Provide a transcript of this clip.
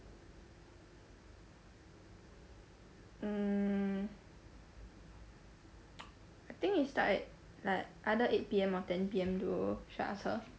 mm I think it's like like either eight P_M or ten P_M though should ask her